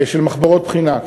של מחברות בחינה,